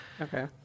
Okay